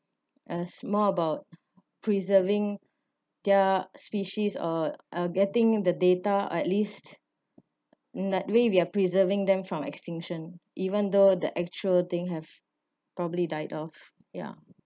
and is more about preserving their species or uh getting the data at least in that way we are preserving them from extinction even though the actual thing have probably died off ya